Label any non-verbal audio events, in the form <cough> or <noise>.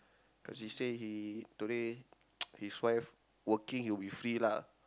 cause he say he today <noise> his wife working he'll be free lah